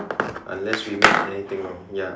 unless we make anything wrong ya